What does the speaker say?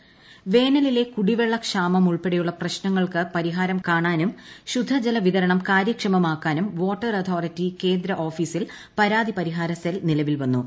ജലക്ഷാമം വേനലിലെ കുടിവെള്ള ക്ഷാമം ഉൾപ്പെട്ടെയുള്ള പ്രശ്നങ്ങൾക്ക് പരിഹാരം കാണാനും ശുദ്ധജല വിതരണ്ട് കാര്യക്ഷമമാക്കാനും വാട്ടർ അതോറിറ്റി കേന്ദ്ര ഓഫീസിൽ പ്ലർത്തി പരിഹാര സെൽ നിലവിൽ വന്നു